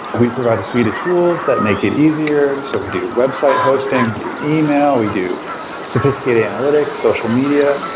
we provide a suite of tools that make it easier. so we do website hosting. we do email. we do sophisticated analytics, social media.